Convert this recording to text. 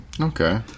Okay